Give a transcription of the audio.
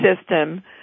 system